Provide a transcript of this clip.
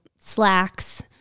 slacks